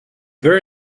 very